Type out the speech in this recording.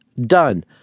done